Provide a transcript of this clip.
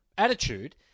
attitude